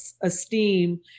esteem